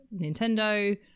Nintendo